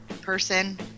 person